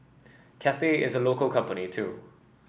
Cathay is a local company too